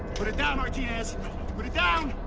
put it down, martinez! put it down!